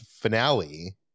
finale